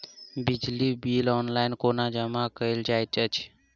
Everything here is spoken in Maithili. बिजली बिल ऑनलाइन कोना जमा कएल जाइत अछि?